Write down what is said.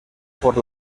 por